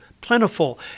plentiful